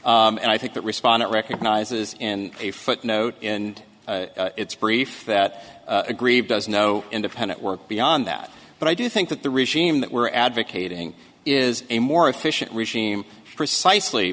d and i think that respondent recognizes in a footnote in its brief that aggrieved does no independent work beyond that but i do think that the regime that we're advocating is a more efficient regime precisely